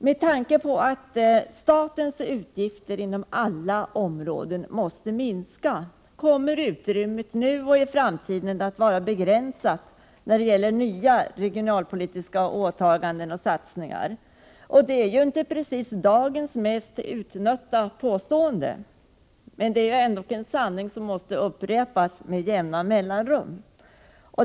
Med hänsyn till att statens utgifter inom alla områden måste minska kommer utrymmet nu och i framtiden att vara begränsat när det gäller nya regionalpolitiska åtaganden och satsningar. Det är ju inte precis dagens mest utnötta påstående, men det är ändå en sanning som måste upprepas med jämna mellanrum.